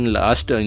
last